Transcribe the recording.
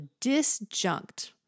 disjunct